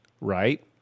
Right